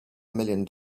million